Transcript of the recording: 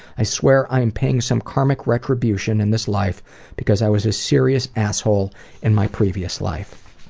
i swear i am paying some karmic retribution in this life because i was a serious asshole in my previous life.